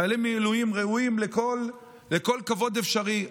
חיילי המילואים ראויים לכל כבוד אפשרי.